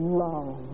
long